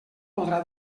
podrà